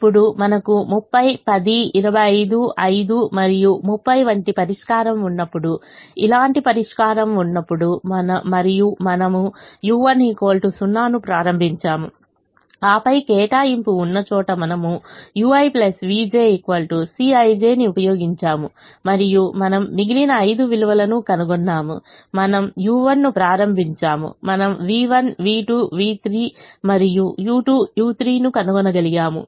ఇప్పుడు మనకు 30 10 25 5 మరియు 30 వంటి పరిష్కారం ఉన్నప్పుడు ఇలాంటి పరిష్కారం ఉన్నపుడు మరియు మనము u1 0 ను ప్రారంభించాము ఆపై కేటాయింపు ఉన్నచోట మనము ui vj Cij ని ఉపయోగించాము మరియు మనము మిగిలిన 5 విలువలను కనుగొన్నాము మనము u1 ను ప్రారంభించాము మనము v1 v2 v3 మరియు u2 u3 ను కనుగొనగలిగాము